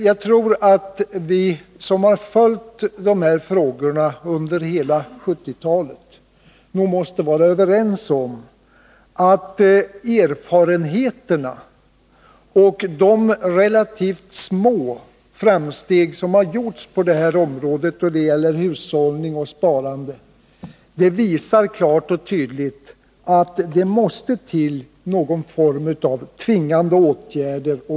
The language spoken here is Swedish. Jag tror att vi som har följt dessa frågor under hela 1970-talet nog måste vara överens om att erfarenheterna och de relativt små framsteg som har gjorts då det gäller hushållning och sparande på detta område klart och tydligt visar att det måste till någon form av tvingande åtgärder.